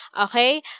Okay